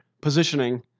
positioning